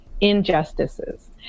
injustices